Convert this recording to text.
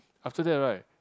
after that right